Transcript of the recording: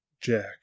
Jack